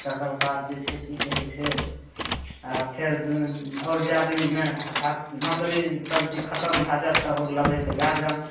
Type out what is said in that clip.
तकर बाद जे छै की कहै छै आ फेर आओर जए दिन होएत मतलब ई सबजी खतम भए जाएत तऽ आओर लेबै तऽ लए जाएम